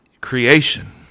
creation